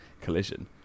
collision